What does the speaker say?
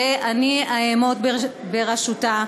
שאני אעמוד בראשה.